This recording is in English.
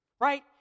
Right